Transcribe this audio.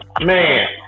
Man